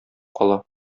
кала